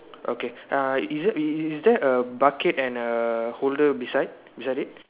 okay uh is that is that a bucket and a holder beside beside it